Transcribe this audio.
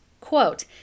Quote